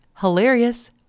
Hilarious